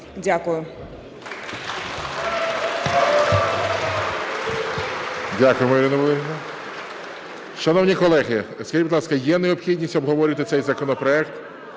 Дякую.